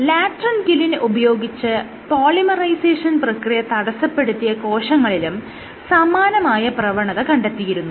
latrunculin ഉപയോഗിച്ച് polymerization പ്രക്രിയ തടസ്സപ്പെടുത്തിയ കോശങ്ങളിലും സമാനമായ പ്രവണത കണ്ടെത്തിയിരുന്നു